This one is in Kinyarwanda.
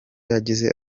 yagize